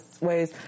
ways